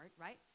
right